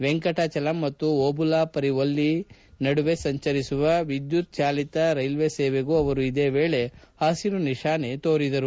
ವೆಂಕಟಾಚಲಂ ಮತ್ತು ಓಬುಲಾವರಿಪಲ್ಲಿ ನಡುವೆ ಸಂಚರಿಸುವ ವಿದ್ಯುತ್ ಚಾಲಿತ ರೈಲು ಸೇವೆಗೂ ಅವರು ಪಸಿರು ನಿಶಾನೆ ತೋರಿದರು